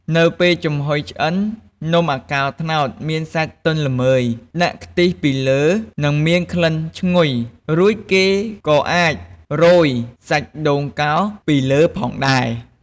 នៅពេលចំហុយឆ្អិន នំអាកោត្នោតមានសាច់ទន់ល្មើយ ដាក់ខ្ទិះពីលើ និងមានក្លិនឈ្ងុយ រួចគេក៏អាចរោយសាច់ដូងកោសពីលើផងដែរ។